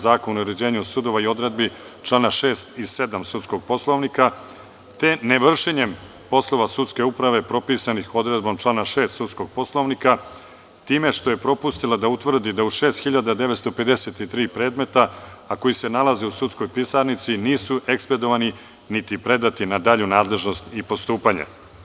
Zakona o uređenju sudova i odredbi članova 6. i 7. Sudskog poslovnika, te ne vršenjem poslova sudske uprave propisanih odredbom člana 6. Sudskog poslovnika, time što je propustila da utvrdi da u 6.953 predmeta, a koji se nalaze u sudskoj pisarnici, nisu ekspedovani niti predati na dalju nadležnost i postupanje.